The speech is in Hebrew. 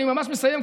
ואני ממש מסיים,